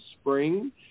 spring